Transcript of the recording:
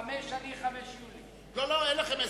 חמש לי וחמש ליולי תמיר.